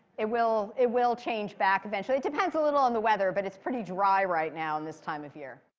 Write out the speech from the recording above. it will it will change back eventually. it depends a lot on the weather, but it's pretty dry right now in this time of year.